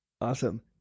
Awesome